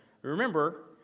Remember